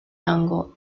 tango